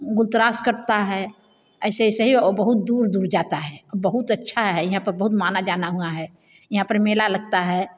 गुलतराश करता है ऐसे ऐसे ही और बहुत दूर दूर जाता है औ बहुत अच्छा है यहाँ पर बहुत माना जाना हुआ है यहाँ पर मेला लगता है